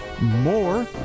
more